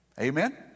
Amen